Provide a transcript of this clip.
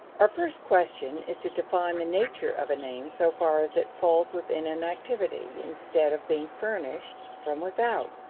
our first question is to define the nature of an aim so far as it falls within an activity, instead of being furnished from without.